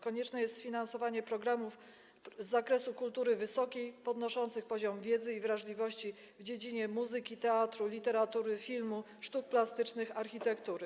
Konieczne jest sfinansowanie programów z zakresu kultury wysokiej, podnoszących poziom wiedzy i wrażliwości w dziedzinie muzyki, teatru, literatury, filmu, sztuk plastycznych, architektury.